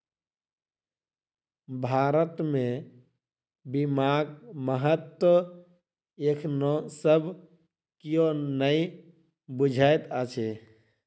भारत मे बीमाक महत्व एखनो सब कियो नै बुझैत अछि